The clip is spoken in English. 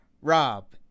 rob